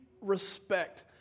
respect